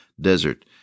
desert